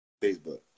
Facebook